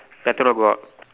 better not go out